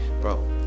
bro